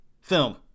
film